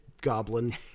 goblin